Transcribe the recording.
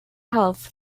health